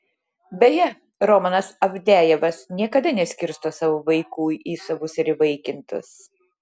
beje romanas avdejevas niekada neskirsto savo vaikų į savus ir įvaikintus